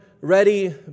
ready